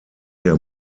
der